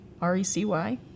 R-E-C-Y